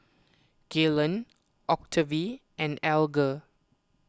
Gaylon Octavie and Alger